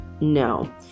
No